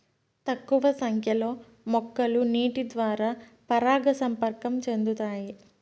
తక్కువ సంఖ్య లో మొక్కలు నీటి ద్వారా పరాగ సంపర్కం చెందుతాయి